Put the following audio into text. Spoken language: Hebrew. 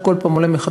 הוא כל פעם עולה מחדש,